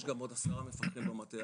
יש גם עוד עשרה מפקחים במטה,